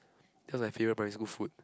that was my favourite primary school food